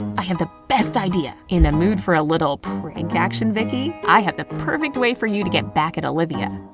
i have the best idea. in the mood for a little prank action, vicki? i have the perfect way for you to get back at olivia.